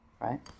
right